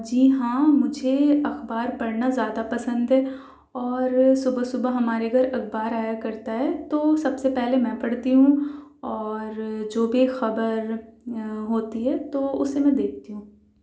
جی ہاں مجھے اخبار پڑھنا زیادہ پسند ہے اور صبح صبح ہمارے گھر اخبار آیا کرتا ہے تو سب سے پہلے میں پڑھتی ہوں اور جو بھی خبر ہوتی ہے تو اسے میں دیکھتی ہوں